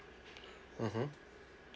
mmhmm